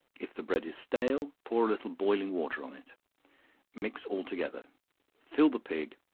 if the bread is stale, pour a little boiling water on it mix altogether fill the pig,